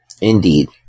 Indeed